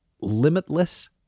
limitless